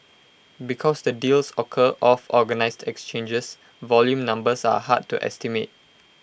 because the deals occur off organised exchanges volume numbers are hard to estimate